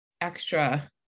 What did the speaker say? extra